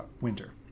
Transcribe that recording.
Winter